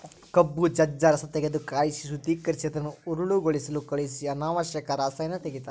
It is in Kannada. ಕಬ್ಬು ಜಜ್ಜ ರಸತೆಗೆದು ಕಾಯಿಸಿ ಶುದ್ದೀಕರಿಸಿ ಅದನ್ನು ಹರಳುಗೊಳಿಸಲು ಕಳಿಹಿಸಿ ಅನಾವಶ್ಯಕ ರಸಾಯನ ತೆಗಿತಾರ